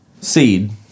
Seed